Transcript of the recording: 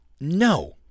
No